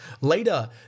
Later